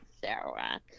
Sarah